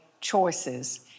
choices